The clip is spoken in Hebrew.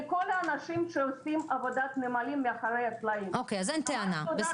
לכל האנשים שעושים עבודת נמלים מאחורי הקלעים - תודה.